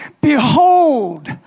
Behold